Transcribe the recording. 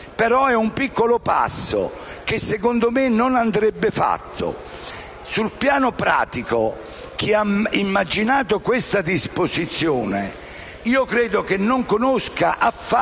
ma è un piccolo passo che, secondo me, non andrebbe fatto. Sul piano pratico, chi ha immaginato questa disposizione non conosce affatto